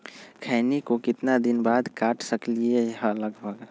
खैनी को कितना दिन बाद काट सकलिये है लगभग?